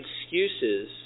excuses